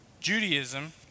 Judaism